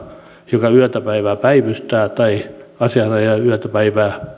joka yötä päivää päivystää tai asianajaja joka yötä päivää